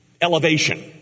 elevation